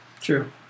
True